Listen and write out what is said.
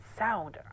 sound